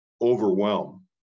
overwhelm